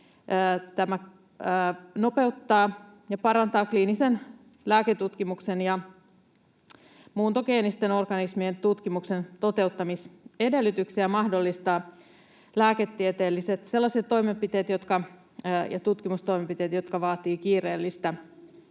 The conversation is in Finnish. Tämä nopeuttaa ja parantaa kliinisen lääketutkimuksen ja muuntogeenisten organismien tutkimuksen toteuttamisedellytyksiä ja mahdollistaa sellaiset lääketieteelliset toimenpiteet ja tutkimustoimenpiteet, jotka vaativat kiireellistä